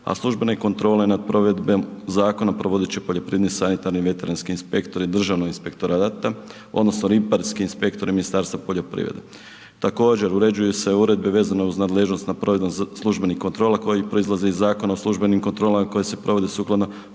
a službene kontrole nad provedbom zakona provodit će poljoprivredni, sanitarni, veterinarski inspektori Državnog inspektorata, odnosno ribarski inspektori Ministarstva poljoprivrede. Također, uređuju se uredbe vezane uz nadležnost nad provedbom službenih kontrola koje proizlaze iz Zakona o službenim kontrolama i koje se provode sukladno